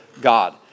God